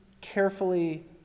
carefully